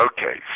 Okay